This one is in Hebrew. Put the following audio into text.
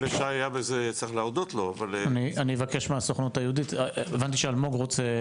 אני אבקש מהסוכנות היהודית, הבנתי שאלמוג רוצה.